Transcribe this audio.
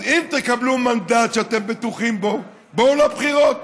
אז אם תקבלו מנדט שאתם בטוחים בו, בואו לבחירות,